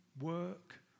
work